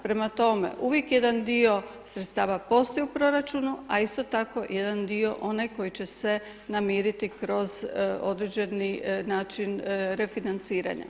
Prema tome, uvijek jedan dio sredstava postoji u proračunu, a isto tako jedan dio onaj koji će se namiriti kroz određeni način refinanciranja.